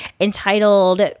entitled